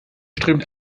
strömt